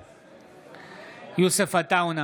בעד יוסף עטאונה,